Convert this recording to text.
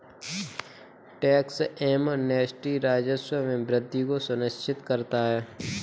tax amnesty राजस्व में वृद्धि को सुनिश्चित करता है